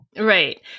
Right